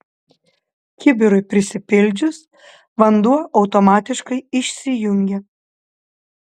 kibirui prisipildžius vanduo automatiškai išsijungia